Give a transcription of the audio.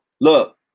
Look